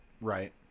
Right